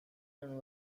and